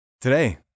Today